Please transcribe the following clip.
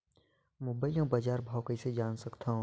Mobile म बजार भाव कइसे जान सकथव?